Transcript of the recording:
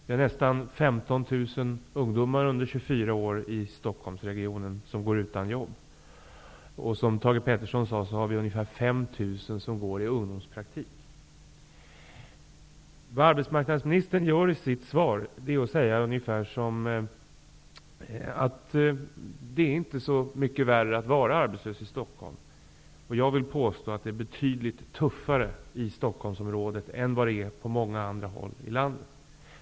Det är nästan 15 000 ungdomar, under 24 år, som går utan jobb i Stockholmsregionen. Ungefär 5 000 har ungdomspraktik, som Thage G Peterson sade. Arbetsmarknadsministern säger i sitt svar ungefär att det inte är så mycket värre att vara arbetslös i Stockholm. Jag vill påstå att det är betydligt tuffare i Stockholmsområdet än vad det är på många andra håll i landet.